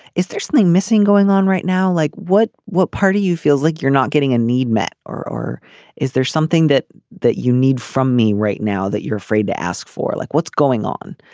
is there something missing going on right now. like what what part of you feel like you're not getting a need met or or is there something that that you need from me right now that you're afraid to ask for like what's going on.